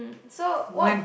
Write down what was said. so what